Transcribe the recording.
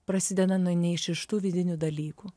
prasideda nuo neišvežtų vidinių dalykų